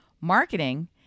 Marketing